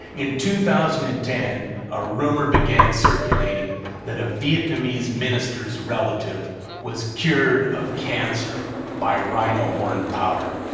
in two thousand and ten, a rumor began circulating that a vietnamese minister's relative was cured of cancer by rhino horn powder.